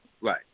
Right